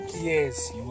Yes